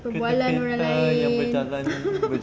kereta-kereta yang berjalan